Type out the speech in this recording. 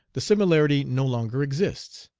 the similarity no longer exists.